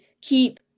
keep